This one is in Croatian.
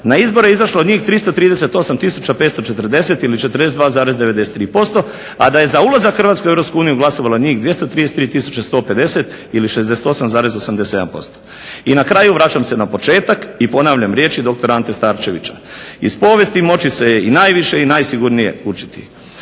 na izbore izašlo njih 338 tisuća 540 ili 42,93%, a da je za ulazak Hrvatske u Europsku uniju glasovalo njih 233 tisuće 150 ili 68,87%. I na kraju vraćam se za početak i ponavljam riječi dr. Ante Starčevića "Iz povijesti moći se je najviše i najsigurnije učiti.